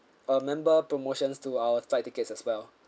uh member promotions to our flight tickets as well